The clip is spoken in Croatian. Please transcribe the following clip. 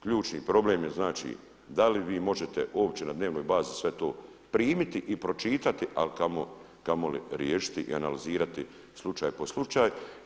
Ključni problem je znači da li vi možete uopće na dnevnoj bazi sve to primiti i pročitati a kamoli riješiti i analizirati slučaj po slučaj.